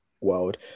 world